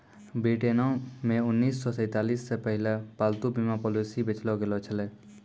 ब्रिटेनो मे उन्नीस सौ सैंतालिस मे पहिला पालतू बीमा पॉलिसी बेचलो गैलो छलै